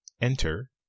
Enter